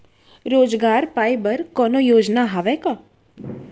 रोजगार पाए बर कोनो योजना हवय का?